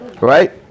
right